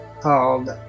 called